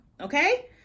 okay